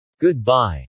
Goodbye